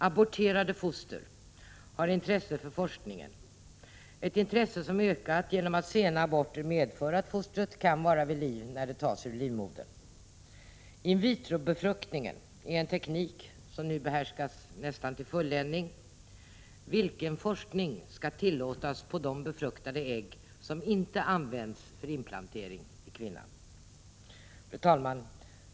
Aborterade foster är av intresse för forskningen, ett intresse som ökat genom att sena aborter medför att fostret kan vara vid liv när det tas ur livmodern. In-vitro-befruktningen är en teknik som nu behärskas nästan till fulländning. Vilken forskning skall tillåtas på de befruktade ägg som inte används för inplantering i kvinnan? Fru talman!